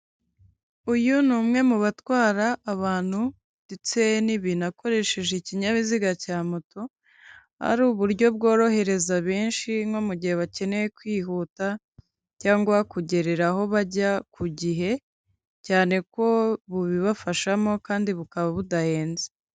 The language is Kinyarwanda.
Uyu ni umwe mu batwara abantu ndetse n'ibintu akoresheje ikinyabiziga cya moto, ari uburyo bworohereza benshi nko mu gihe bakeneye kwihuta cyangwa kugerera aho bajya ku gihe, cyane ko bubibafashamo kandi bukaba budahenze.